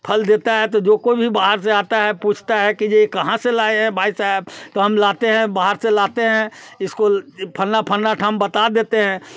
फल देता है तो जो कोई भी बाहर से आता है पूछता है कि ये कहाँ से लाए हैं भाई साहब तो हम लाते हैं बाहर से लाते हैं इसको फलना फलना टाइम बता देते हैं